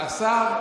השר,